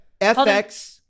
FX